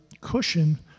cushion